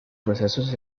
procesos